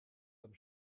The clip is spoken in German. beim